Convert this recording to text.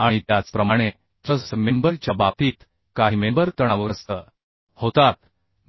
आणि त्याचप्रमाणे truss member च्या बाबतीत काहीमेंबर तणावग्रस्त होतात